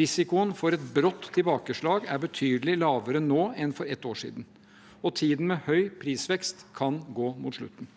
Risikoen for et brått tilbakeslag er betydelig lavere nå enn for ett år siden, og tiden med høy prisvekst kan gå mot slutten.